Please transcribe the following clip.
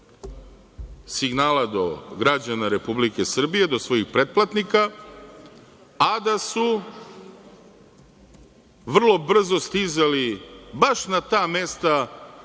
signala do građana Republike Srbije, do svojih pretplatnika, a da su vrlo brzo stizali baš na ta mesta